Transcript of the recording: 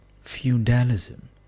Feudalism